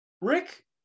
rick